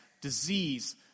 disease